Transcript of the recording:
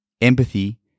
empathy